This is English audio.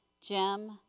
Jim